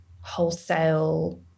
wholesale